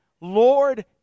Lord